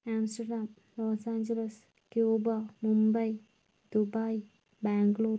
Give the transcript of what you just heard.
Amsterdam Los Angeles Cuba Mumbai Dubai Bangalore